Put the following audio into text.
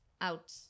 out